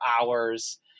hours